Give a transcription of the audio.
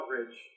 coverage